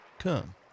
come